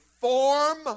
form